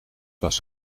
was